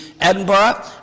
Edinburgh